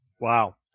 Wow